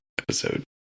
episode